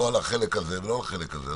לא על החלק הזה ולא על החלק הזה.